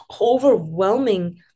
overwhelming